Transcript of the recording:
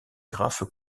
graphes